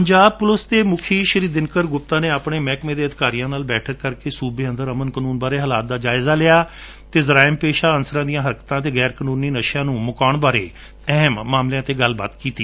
ਪੰਜਾਬ ਦੇ ਪੁਲਿਸ ਮੁਖੀ ਦਿਨਕਰ ਗੁਪਤਾ ਨੇ ਆਪਣੇ ਮਹਿਕਮੇ ਦੇ ਅਧਿਕਾਰੀਆਂ ਨਾਲ ਬੈਠਕ ਕਰਕੇ ਸੁਬੇ ਅੰਦਰ ਅਮਨ ਕਾਨੂੰਨ ਬਾਰੇ ਹਾਲਾਤ ਦਾ ਜਾਇਜਾ ਲਿਆ ਅਤੇ ਜਰਾਇਮ ਪੇਸ਼ਾ ਅੰਸਰਾਂ ਦੀਆਂ ਹਰਕਤਾਂ ਅਤੇ ਗੈਰ ਕਾਨੂੰਨੀ ਨਸਿਆਂ ਨੂੰ ਮੁਕਾਉਣ ਬਾਰੇ ਅਹਿਮ ਮਾਮਲਿਆਂ ਤੇ ਗੱਲਬਾਤ ਕੀਤੀ